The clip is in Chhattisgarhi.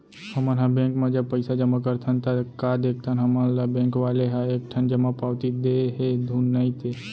हमन ह बेंक म जब पइसा जमा करथन ता का देखथन हमन ल बेंक वाले ह एक ठन जमा पावती दे हे धुन नइ ते